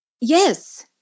Yes